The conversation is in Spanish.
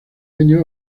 años